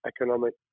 economic